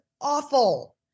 awful